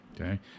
okay